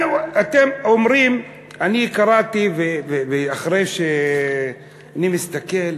אני קראתי, ואחרי שאני מסתכל,